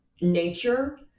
nature